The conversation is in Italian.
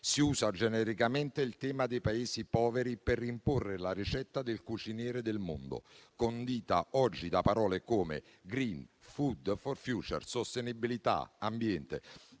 Si usa genericamente il tema dei Paesi poveri per imporre la ricetta del cuciniere del mondo, condita oggi da parole come *green, food for future*, sostenibilità, ambiente: